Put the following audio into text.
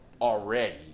already